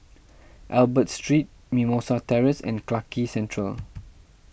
Albert Street Mimosa Terrace and Clarke Quay Central